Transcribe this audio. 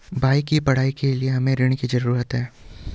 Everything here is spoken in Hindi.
भाई की पढ़ाई के लिए हमे ऋण की जरूरत है